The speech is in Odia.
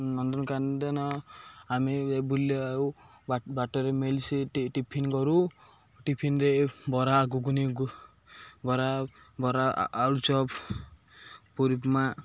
ନନ୍ଦନକାନନ ଆମେ ବୁଲିବା ଆଉ ବାଟରେ ମିଲସି ଟିଫିନ କରୁ ଟିଫିନରେ ବରା ଗୁଗୁନି ବରା ବରା ଆଳୁଚପ୍ ପୁରୀ ଉପମା